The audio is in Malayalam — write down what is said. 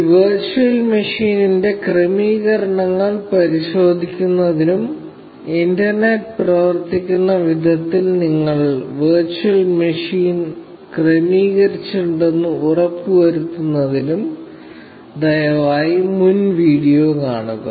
ഈ വെർച്വൽ മെഷീന്റെ ക്രമീകരണങ്ങൾ പരിശോധിക്കുന്നതിനും ഇന്റർനെറ്റ് പ്രവർത്തിക്കുന്ന വിധത്തിൽ നിങ്ങൾ വെർച്വൽ മെഷീൻ ക്രമീകരിച്ചിട്ടുണ്ടെന്ന് ഉറപ്പുവരുത്തുന്നതിനും ദയവായി മുൻ വീഡിയോ കാണുക